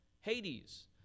Hades